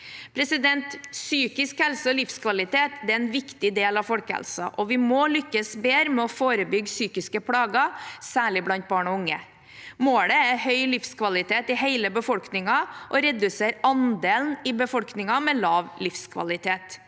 Psykisk helse og livskvalitet er en viktig del av folkehelsen, og vi må lykkes bedre med å forebygge psykiske plager, særlig blant barn og unge. Målet er høy livskvalitet i hele befolkningen og å redusere andelen i befolkningen med lav livskvalitet.